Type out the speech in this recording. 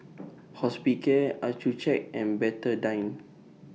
Hospicare Accucheck and Betadine